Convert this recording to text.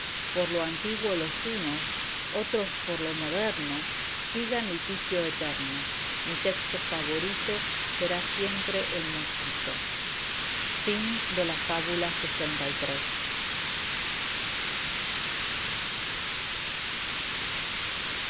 por lo antiguo los unos otros por lo moderno sigan litigio eterno mi texto favorito será siempre el mosquito fábula lxiv la